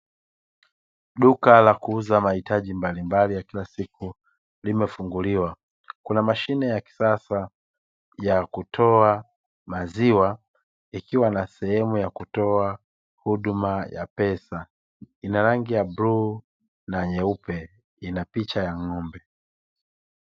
Duka la kuuza mahitaji mbalimbali ya kila siku limefunguliwa, kuna mashine ya kisasa ya kutoa maziwa; ikiwa na sehemu ya kutoa huduma ya pesa. Ina rangi ya bluu na nyeupe, ina picha ya ng'ombe.